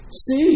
See